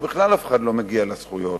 שבכלל אף אחד לא מגיע לזכויות.